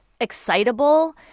excitable